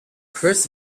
chris